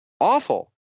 awful